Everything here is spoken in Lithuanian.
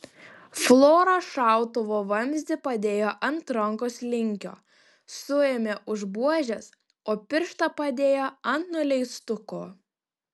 flora šautuvo vamzdį padėjo ant rankos linkio suėmė už buožės o pirštą padėjo ant nuleistuko